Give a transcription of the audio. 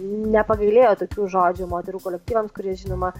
nepagailėjo tokių žodžių moterų kolektyvams kurie žinoma